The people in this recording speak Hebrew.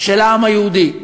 של העם היהודי.